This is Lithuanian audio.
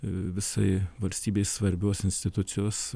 visai valstybei svarbios institucijos